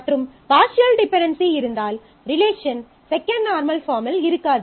மற்றும் partial dependency இருந்தால் relation second normal பாஃர்ம்மில் இருக்காது